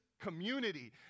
community